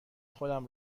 خودمو